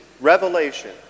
revelation